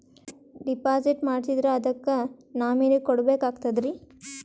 Deposit ಮಾಡ್ಸಿದ್ರ ಅದಕ್ಕ nominee ಕೊಡಬೇಕಾಗ್ತದ್ರಿ?